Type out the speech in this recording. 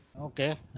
Okay